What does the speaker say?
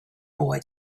boy